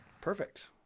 Perfect